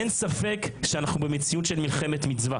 אין ספק שאנחנו במציאות של מלחמת מצווה,